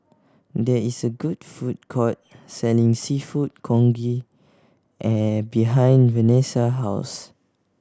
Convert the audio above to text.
there is a good food court selling Seafood Congee behind Vanessa's house